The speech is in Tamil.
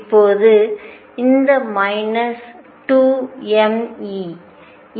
இப்போது இந்த மைனஸ் 2 m E